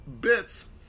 bits